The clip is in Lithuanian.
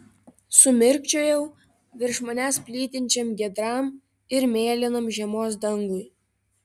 sumirkčiojau virš manęs plytinčiam giedram ir mėlynam žiemos dangui